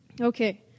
Okay